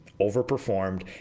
overperformed